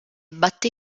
batté